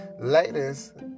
latest